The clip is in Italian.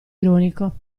ironico